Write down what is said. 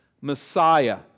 Messiah